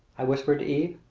i whispered to eve.